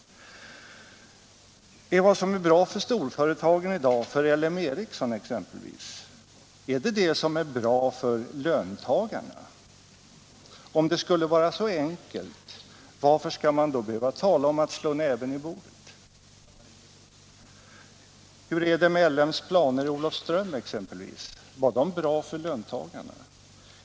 Är det som är bra för storföretagen i dag — för LM Ericsson exempelvis — bra också för löntagarna? Om det vore så enkelt, varför skulle man då behöva tala om att slå näven i bordet? Hur är det med LM:s planer i Olofström exempelvis? Var de bra för löntagarna?